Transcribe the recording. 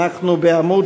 עמוד